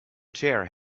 chair